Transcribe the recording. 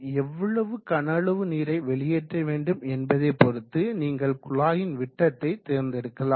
எவ்வளவு கன அளவு நீரை வெளியேற்ற வேண்டும் என்பதை பொறுத்து நீங்கள் குழாயின் விட்டத்தை தேர்ந்தெடுக்கலாம்